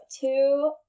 two